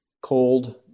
cold